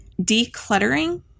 decluttering